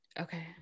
Okay